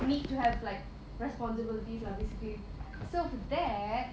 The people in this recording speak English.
need to have like responsibilities lah basically so for that